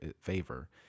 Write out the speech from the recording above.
favor